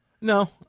No